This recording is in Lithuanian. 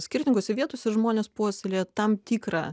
skirtingose vietose žmonės puoselėja tam tikrą